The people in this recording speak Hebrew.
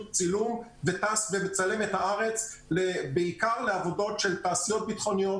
צילום וטס ומצלם את הארץ בעיקר לעבודות של תעשיות ביטחוניות,